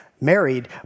married